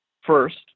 First